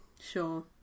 Sure